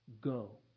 Go